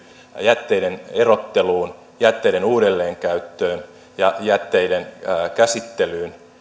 jätteiden erotteluun jätteiden uudelleenkäyttöön ja jätteiden käsittelyyn